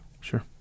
Sure